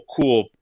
cool